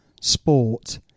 sport